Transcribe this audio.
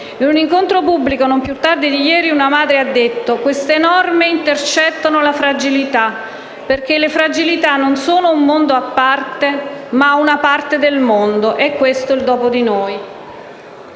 In un incontro pubblico non più tardi di ieri, una madre mi ha detto che queste norme intercettano le fragilità, perché «le fragilità non sono un mondo a parte, ma una parte del mondo». È questo il "dopo di noi".